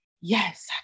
yes